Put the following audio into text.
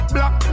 Black